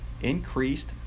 increased